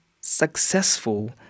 successful